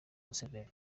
museveni